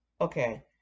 Okay